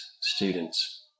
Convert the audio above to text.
students